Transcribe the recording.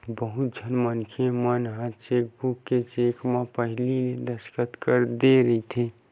बहुत झन मनखे मन ह चेकबूक के चेक म पहिली ले दस्कत कर दे रहिथे